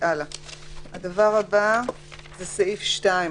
הדבר הבא זה סעיף 2,